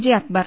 J Akbar